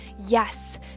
yes